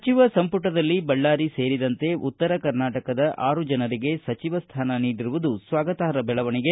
ಸಚಿವ ಸಂಪುಟದಲ್ಲಿ ಬಳ್ಳಾರಿ ಸೇರಿದಂತೆ ಉತ್ತರ ಕರ್ನಾಟಕದ ಆರು ಜನರಿಗೆ ಸಚಿವ ಸ್ಥಾನ ನೀಡಿರುವುದು ಸ್ವಾಗತಾರ್ಪ ಬೆಳವಣಿಗೆ